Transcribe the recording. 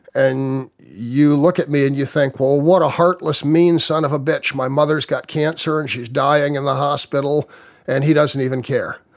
and you look at me and you think, well, what a heartless, mean son of a bitch, my mother's got cancer and she is dying in the hospital and he doesn't even care.